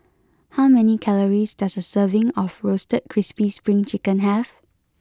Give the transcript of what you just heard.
how many calories does a serving of roasted crispy spring chicken have